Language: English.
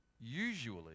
usually